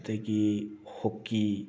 ꯑꯗꯒꯤ ꯍꯣꯛꯀꯤ